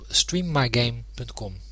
streammygame.com